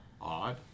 odd